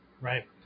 right